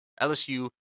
LSU